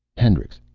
hendricks.